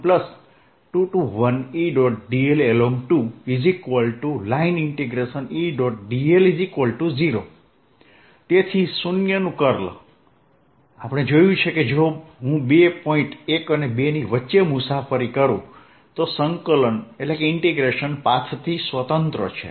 dl0 તેથી 0 નું curl આપણે જોયું છે કે જો હું બે પોઇન્ટ 1 અને 2 ની વચ્ચે મુસાફરી કરું તો સંકલન પાથથી સ્વતંત્ર છે